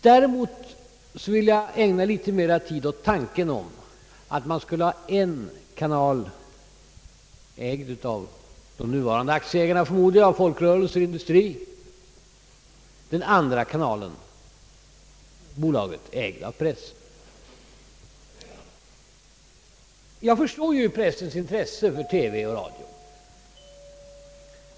Däremot vill jag ägna litet mera tid åt tanken på att man skulle ha en kanal, ägd av de nuvarande aktieägarna, förmodar jag — d. v. s. folkrörelser och industrier — och en annan kanal, ägd av pressen. Jag förstår ju pressens intresse för TV och radio.